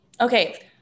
Okay